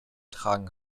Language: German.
tragen